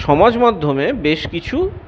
সমাজমাধ্যমে বেশ কিছু